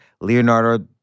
Leonardo